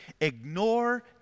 ignore